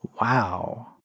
Wow